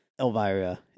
Elvira